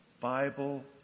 Bible